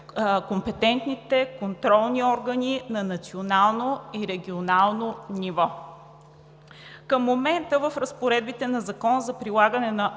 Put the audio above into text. компетентните контролни органи на национално и регионално ниво. Към момента в разпоредбите на Закона за прилагане на